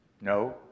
No